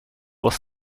was